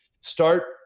start